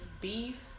beef